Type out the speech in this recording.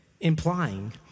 implying